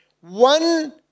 one